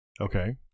Okay